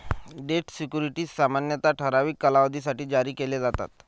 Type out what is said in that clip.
date securities सामान्यतः ठराविक कालावधीसाठी जारी केले जातात